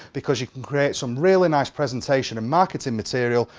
because you can create some really nice presentation and marketing material,